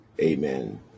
Amen